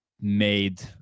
made